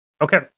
Okay